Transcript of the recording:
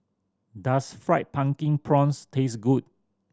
does Fried Pumpkin Prawns taste good